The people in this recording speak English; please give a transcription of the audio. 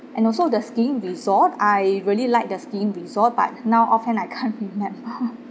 and also the skiing resort I really like the skiing resort but now offhand I can't remember